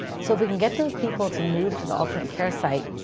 so if we can get those people to move to the alternate care site,